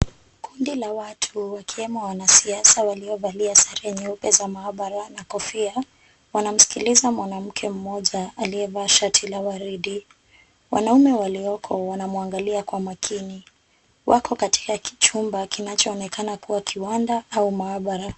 Kundi la watu wakiwemo wanasiasa waliovalia sare nyeupe za mahabara na kofia, wanamsikiliza mwanamke mmoja aliyevaa shati la waridi. Wanaume walioko wanamwangalia kwa makini. Wako katika chumba kinachoonekana kuwa kiwanda au mahabara.